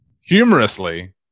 humorously